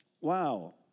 wow